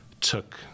took